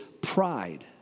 pride